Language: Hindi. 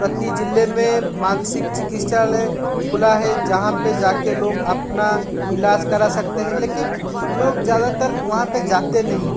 प्रति ज़िले में मानसिक चिकित्सालय खुला है जहाँ पर जा के लोग आपना इलाज करा सकते हैं लेकिन लोग ज़्यादातर वहाँ पर जाते नहीं